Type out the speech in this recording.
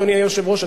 אדוני היושב-ראש,